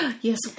Yes